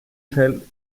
schnell